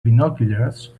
binoculars